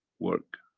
work,